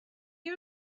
you